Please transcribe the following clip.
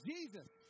Jesus